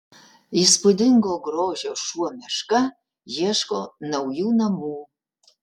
įspūdingo grožio šuo meška ieško naujų namų